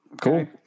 Cool